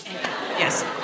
yes